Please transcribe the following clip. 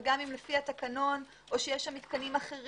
וגם אם לפי התקנון או יש שם מתקנים אחרים,